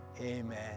amen